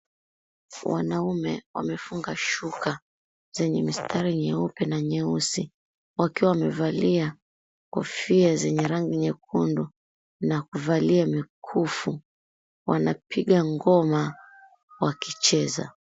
Wanaume wamefunga shuka zenye mistari nyeupe na nyeusi, wakiwa wamevalia kofia zenye rangi nyekundu na kuvalia mikufu. Wanapiga ngoma wakicheza.